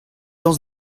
lañs